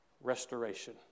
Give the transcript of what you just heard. Restoration